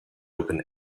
open